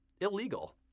illegal